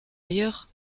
ailleurs